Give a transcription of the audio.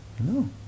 No